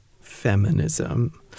feminism